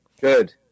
good